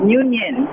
union